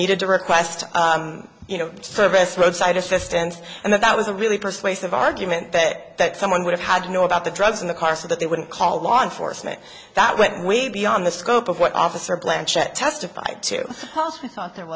needed to request you know service roadside assistance and that was a really persuasive argument that that someone would have had to know about the drugs in the car so that they wouldn't call law enforcement that went way beyond the scope of what officer blanchett testif